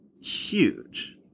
huge